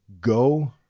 go